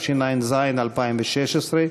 התשע"ז 2016,